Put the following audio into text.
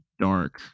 dark